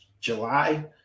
July